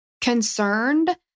concerned